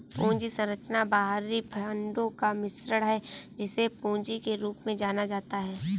पूंजी संरचना बाहरी फंडों का मिश्रण है, जिसे पूंजी के रूप में जाना जाता है